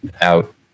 out